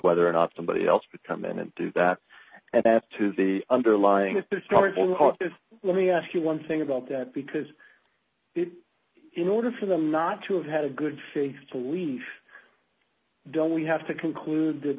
whether or not somebody else to come in and do that to the underlying cause let me ask you one thing about that because in order for them not to have had a good faith belief don't we have to conclude